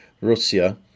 Russia